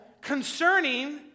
concerning